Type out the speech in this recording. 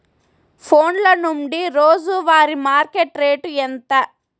ఫోన్ల నుండి రోజు వారి మార్కెట్ రేటు ఎంత?